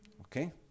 Okay